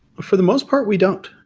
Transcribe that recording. for the most part, we don't.